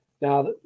Now